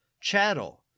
Chattel